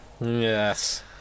Yes